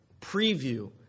preview